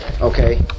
Okay